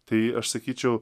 tai aš sakyčiau